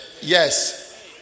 yes